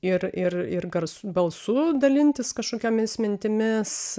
ir ir ir garsu balsu dalintis kažkokiomis mintimis